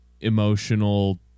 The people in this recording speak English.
emotional